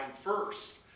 first